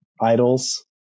Idols